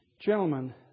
Gentlemen